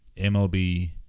MLB